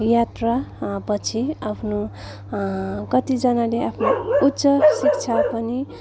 यात्रा पछि आफ्नो कतिजनाले आफ्नो उच्च शिक्षा पनि